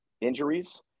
injuries